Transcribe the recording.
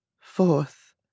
Fourth